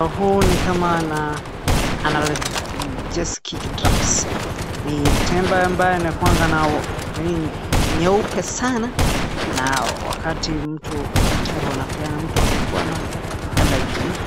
Hii ni kama analgesic drugs ni tembe ambayo inakuwanga nyeupe sana na wakati mtu, daktari wanapeana mtu akikuwa na allergy .